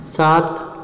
सात